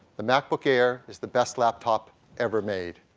the macbook air is the best laptop ever made.